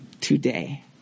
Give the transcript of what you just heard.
today